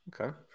okay